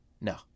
no